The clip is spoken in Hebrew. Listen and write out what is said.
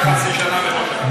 זה לא ייקח לך חצי שנה, מראש.